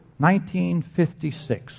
1956